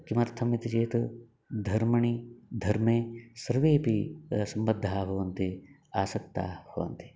किमर्थमिति चेत् धर्मणि धर्मे सर्वेपि सम्बद्धाः भवन्ति आसक्ताः भवन्ति